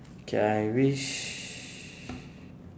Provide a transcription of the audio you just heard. K I wish